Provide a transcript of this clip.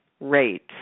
rates